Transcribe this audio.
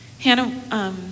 Hannah